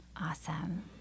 Awesome